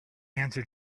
answer